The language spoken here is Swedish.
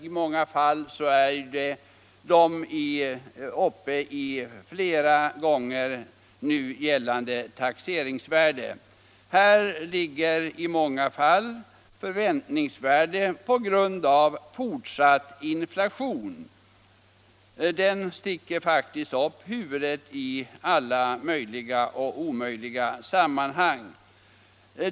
I många fall är de uppe i flera gånger nu gällande taxeringsvärde. Här ligger i många fall förväntningsvärden på grund av fortsatt inflation — den sticker faktiskt upp huvudet i alla möjliga och omöjliga sammanhang.